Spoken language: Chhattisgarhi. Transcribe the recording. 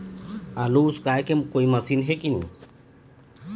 आलू उसकाय के कोई मशीन हे कि नी?